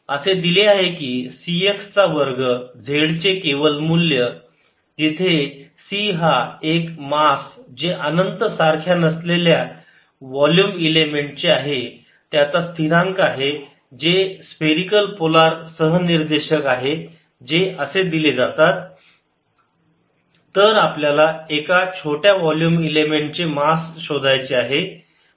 असे दिले आहे की C x चा वर्ग z चे केवल मूल्य जिथे C हा एक मास जे अनंत सारख्या नसलेले वोल्युम इलेमेंट आहे त्याचा स्थिरांक आहे जे स्फेरिकल पोलार सहनिर्देशक आहे जे असे दिले जातात xyzρrθϕCx2।z। तर आपल्याला एका छोट्या वोल्युम इलेमेंट चे मास शोधायचे आहे